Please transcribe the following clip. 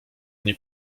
nie